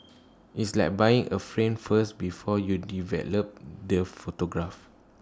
it's like buying A frame first before you develop the photograph